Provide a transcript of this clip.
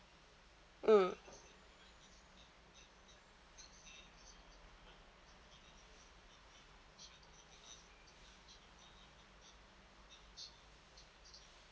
mm